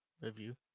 review